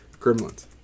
Gremlins